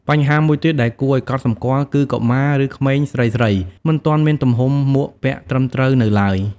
បញ្ហាមួយទៀតដែលគួរឱ្យកត់សម្គាល់ គឺកុមារ ឬក្មេងស្រីៗមិនទាន់មានទំហំមួកពាក់ត្រឹមត្រូវនៅទ្បើយ។